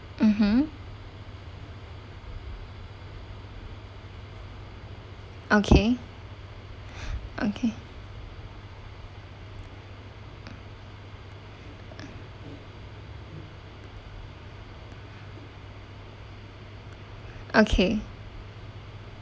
mmhmm okay okay okay